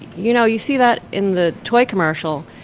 you know, you see that in the toy commercial,